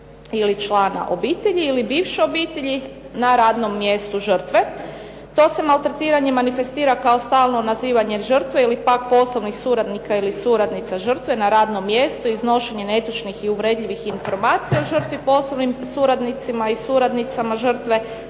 člana obitelji ili bivše obitelji, na radnom mjestu žrtve. To se maltretiranje manifestira kao stalno nazivanje žrtve, ili pak poslovnih suradnika ili suradnica žrtve, iznošenje netočnih i uvredljivih informacija o žrtvi poslovnim suradnicima i suradnicama žrtve,